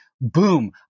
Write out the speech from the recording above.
boom